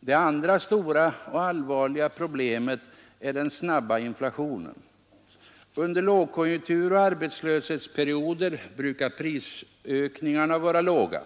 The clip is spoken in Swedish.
Det andra stora och allvarliga problemet är den snabba inflationen. Under lågkonjunktur och arbetslöshetsperioder brukar prisökningarna vara låga.